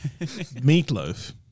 Meatloaf